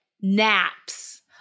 naps